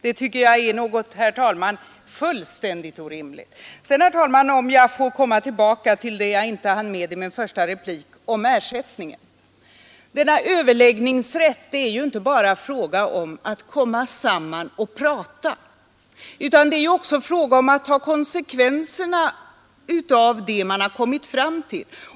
Detta tycker jag är något fullständigt orimligt! Låt mig så slutligen komma tillbaka till det som jag inte hann med i min första replik, nämligen frågan om tandläkarnas ersättning. Överläggningsrätt är ju inte bara en fråga om att komma tillsammans och prata, utan det är också fråga om att ta konsekvenserna av vad man har kommit fram till.